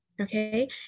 okay